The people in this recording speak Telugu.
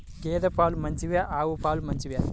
గేద పాలు మంచివా ఆవు పాలు మంచివా?